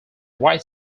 right